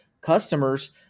customers